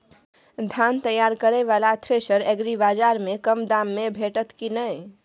धान तैयार करय वाला थ्रेसर एग्रीबाजार में कम दाम में भेटत की नय?